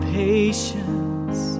patience